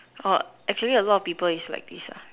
oh actually a lot of people is like this ah